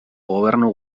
gobernu